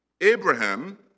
Abraham